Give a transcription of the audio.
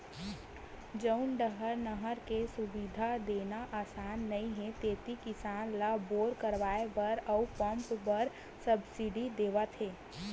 जउन डाहर नहर के सुबिधा देना असान नइ हे तेती किसान ल बोर करवाए बर अउ पंप बर सब्सिडी देवत हे